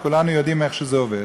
וכולנו יודעים איך שזה עובד,